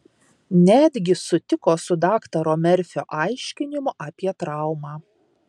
netgi sutiko su daktaro merfio aiškinimu apie traumą